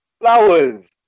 flowers